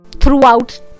throughout